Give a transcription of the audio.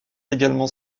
également